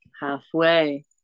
halfway